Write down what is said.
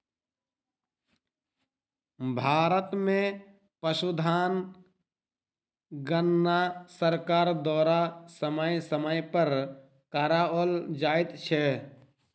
भारत मे पशुधन गणना सरकार द्वारा समय समय पर कराओल जाइत छै